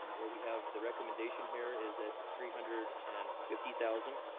what we have, the recommendation here is at three hundred and fifty thousand.